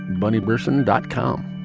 bunnie berson dot com